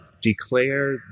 declare